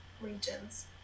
regions